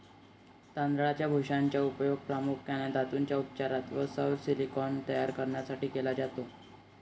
तांदळाच्या भुशाचा उपयोग प्रामुख्याने धातूंच्या उपचारात व सौर सिलिकॉन तयार करण्यासाठी केला जातो